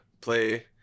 play